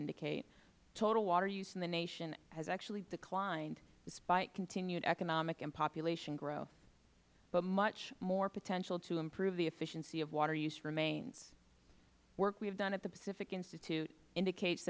indicate total water use in the nation has actually declined despite continued economic and population growth but much more potential to improve the efficiency of water use remains work we have done at the pacific institute indicates